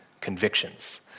convictions